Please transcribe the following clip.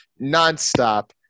Nonstop